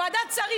ועדת שרים,